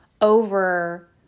over